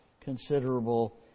considerable